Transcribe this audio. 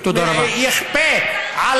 שיכפה, תודה רבה.